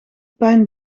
pijn